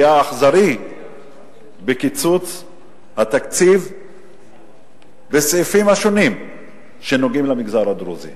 היה אכזרי בקיצוץ התקציב בסעיפים השונים שנוגעים למגזר הדרוזי.